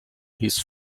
his